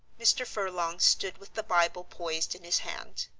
mr. furlong stood with the bible poised in his hand.